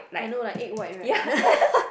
I know like egg white right